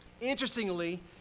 Interestingly